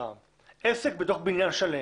עסק בתוך בניין שלם